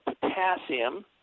potassium